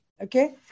Okay